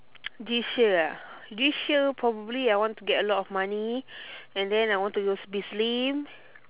this year ah this year probably I want to get a lot money and then I want to als~ be slim